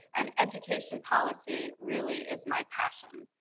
and education policy really is my passion.